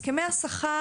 לגבי הסכמי השכר,